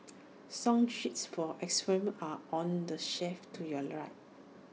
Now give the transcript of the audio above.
song sheets for xylophones are on the shelf to your right